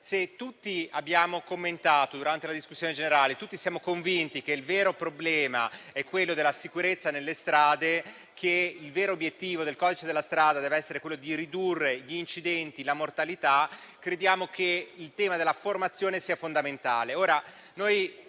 e tutti siamo convinti che il vero problema sia quello della sicurezza nelle strade - che il vero obiettivo del codice della strada debba essere quello di ridurre il numero degli incidenti e la mortalità, noi crediamo che il tema della formazione sia fondamentale.